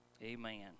Amen